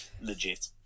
Legit